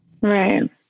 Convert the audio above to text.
Right